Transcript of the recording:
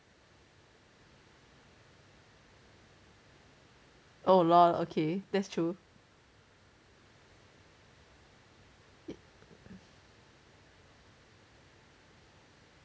oh LOL okay that's true